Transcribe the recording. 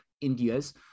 India's